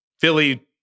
Philly